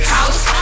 House